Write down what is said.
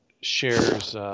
shares –